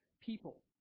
people